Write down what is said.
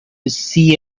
see